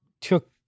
took